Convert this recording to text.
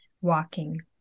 walking